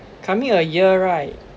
coming a year right